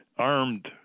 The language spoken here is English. armed